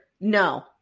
No